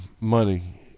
money